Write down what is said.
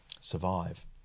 survive